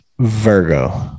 Virgo